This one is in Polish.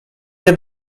nie